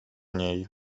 niej